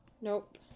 Nope